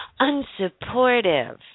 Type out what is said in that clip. unsupportive